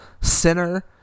Sinner